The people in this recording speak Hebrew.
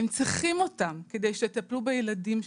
הם צריכים אותם, כדי שיטפלו בילדים שלהם.